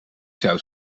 zou